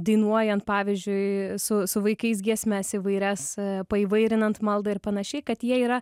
dainuojant pavyzdžiui su su vaikais giesmes įvairias paįvairinant maldą ir panašiai kad jie yra